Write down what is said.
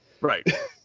Right